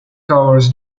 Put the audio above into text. covers